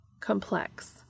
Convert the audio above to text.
complex